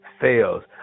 fails